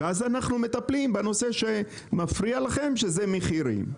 ואז אנחנו מטפלים בנושא שמפריע לכם, שזה מחירים.